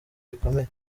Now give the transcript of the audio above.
bikomeye